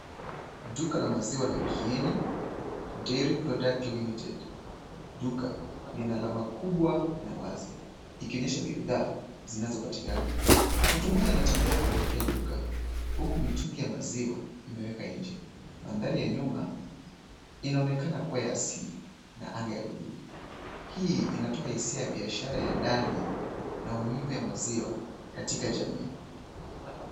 Duka la maziwa la Kieni Dairy product limited. Duka, lina alama kubwa na wazo, ikionyesha bidhaa, zinazopatikana. Mtu mmoja anatembea kuelekea duka, huku mitungi ya maziwa imewekwa nje. Mandhari ya nyuma, inaonekana kuwa ya asili, na anga ya buluu. Hii inatoa hisia ya biashara ya ndani, na umuhimu ya maziwa katika jamii.